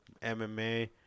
MMA